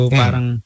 parang